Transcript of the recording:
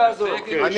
אני